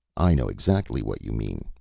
i know exactly what you mean,